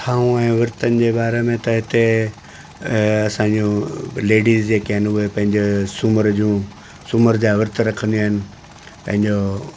कथाऊं ऐं विर्तन जे बारे में त हिते असांजियूं लेडीज़ जेके आहिनि उहे पंहिंजे सूमर जूं सूमर जा विर्त रखंदियूं आहिनि पंहिंजो